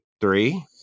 Three